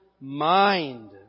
mind